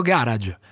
Garage